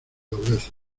dobleces